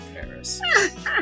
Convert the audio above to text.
Paris